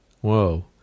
Whoa